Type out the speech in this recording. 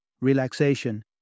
relaxation